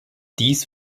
dies